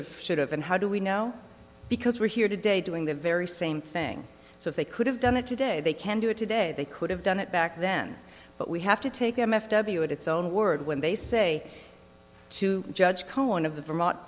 have should have and how do we know because we're here today doing the very same thing so if they could have done it today they can do it today they could have done it back then but we have to take m s w at its own word when they say to judge cohen of